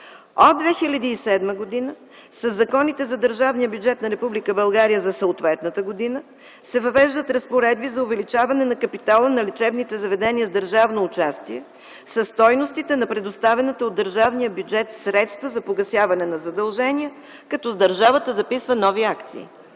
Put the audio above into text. От 2007 г. със законите за държавния бюджет на Република България за съответната година се въвеждат разпоредби за увеличаване на капитала на лечебните заведения с държавно участие със стойностите на предоставените средства от държавния бюджет за погасяване на задължения, като държавата записва нови акции.